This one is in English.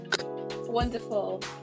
Wonderful